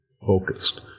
focused